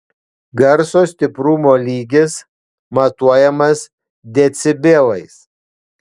garso stiprumo lygis matuojamas decibelais